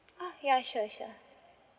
oh ya sure sure